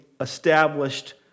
established